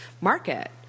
market